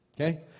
Okay